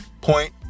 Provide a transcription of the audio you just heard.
Point